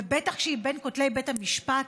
ובטח כשהיא בין כותלי בית המשפט,